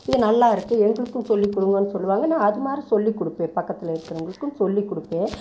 இது நல்லாயிருக்கு எங்களுக்கும் சொல்லி கொடுங்கன்னு சொல்லுவாங்க நான் அது மாதிரி சொல்லி கொடுப்பேன் பக்கத்தில் இருக்கிறவுங்களுக்கும் சொல்லி கொடுப்பேன்